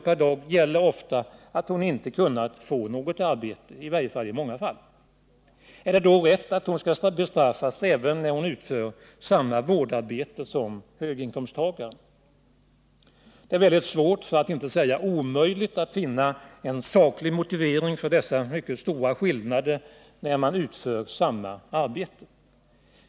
per dag gäller ofta att hon inte kunnat få något arbete. Är det då rätt att hon skall bestraffas även när hon utför samma vårdarbete som höginkomsttagaren? Det är väldigt svårt, för att inte säga omöjligt, att finna en saklig motivering för denna mycket stora skillnad när det gäller stödformerna.